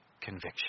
conviction